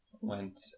went